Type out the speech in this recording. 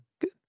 good